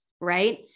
Right